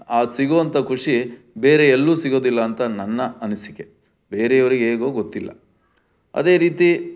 ಆಗ ಸಿಗೋವಂಥ ಖುಷಿ ಬೇರೆ ಎಲ್ಲೂ ಸಿಗೋದಿಲ್ಲ ಅಂತ ನನ್ನ ಅನಿಸಿಕೆ ಬೇರೆಯವ್ರಿಗೆ ಹೇಗೋ ಗೊತ್ತಿಲ್ಲ ಅದೇ ರೀತಿ